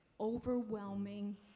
overwhelming